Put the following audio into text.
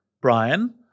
Brian